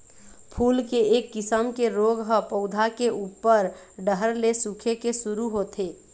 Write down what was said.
फूल के एक किसम के रोग ह पउधा के उप्पर डहर ले सूखे के शुरू होथे